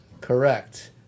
Correct